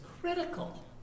critical